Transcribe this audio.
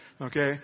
okay